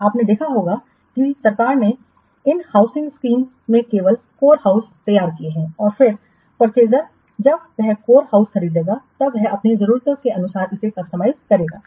आपने देखा होगा कि सरकार ने इस हाउसिंग स्कीम में केवल कोर हाउस तैयार किए हैं और फिर परचेज़र जब वह कोर हाउस खरीदेगा तब वह अपनी जरूरतों के अनुसार इसे कस्टमाइज करेगा